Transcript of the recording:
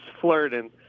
flirting